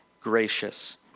gracious